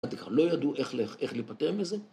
לא ידעו איך להיפטר מזה